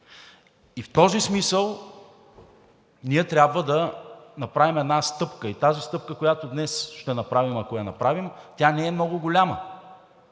И в този смисъл ние трябва да направим една стъпка и тази стъпка, която днес ще направим, ако я направим, тя не е много голяма.